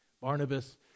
Barnabas